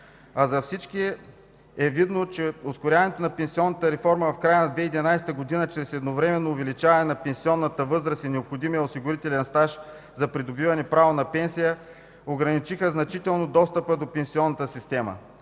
За всички е видно, че ускоряването на пенсионната реформа в края на 2011 г. чрез едновременно увеличаване на пенсионната възраст и необходимия осигурителен стаж за придобиване право на пенсия ограничиха значително достъпа до пенсионната система.